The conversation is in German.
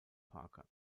parker